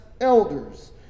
elders